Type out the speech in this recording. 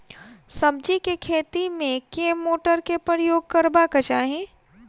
सब्जी केँ खेती मे केँ मोटर केँ प्रयोग करबाक चाहि?